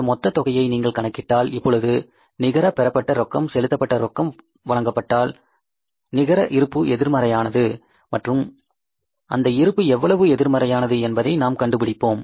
இந்த மொத்த தொகையை நீங்கள் கணக்கிட்டால் இப்போது நிகர பெறப்பட்ட ரொக்கம் செலுத்தப்பட்ட ரொக்கம் வழங்கப்பட்டால் நிகர இருப்பு எதிர்மறையானது மற்றும் அந்த இருப்பு எவ்வளவு எதிர்மறையானது என்பதை நாம் கண்டுபிடிப்போம்